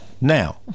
Now